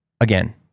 again